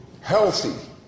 healthy